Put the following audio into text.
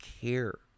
care